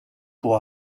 pour